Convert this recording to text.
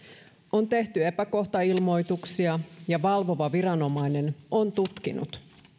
on tehty epäkohtailmoituksia ja valvova viranomainen on tutkinut